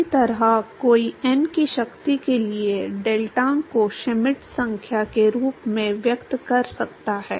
इसी तरह कोई n की शक्ति के लिए डेल्टाक को श्मिट संख्या के रूप में व्यक्त कर सकता है